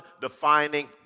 defining